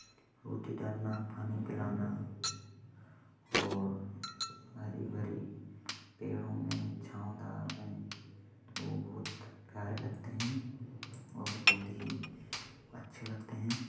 रोटी डालना पानी पिलाना वह हरी भरी पेड़ों में छावदार में वह बहुत प्यारे लगते हैं और बहुत ही अच्छे लगते हैं